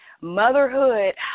Motherhood